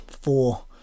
four